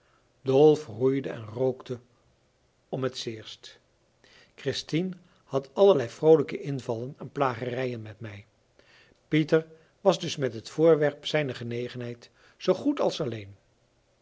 dolf roeide en rookte om t zeerst christien had allerlei vroolijke invallen en plagerijen met mij pieter was dus met het voorwerp zijner genegenheid zoo goed als alleen